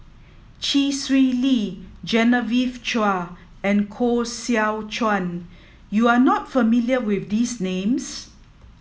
Chee Swee Lee Genevieve Chua and Koh Seow Chuan you are not familiar with these names